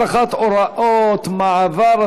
הארכת הוראות מעבר),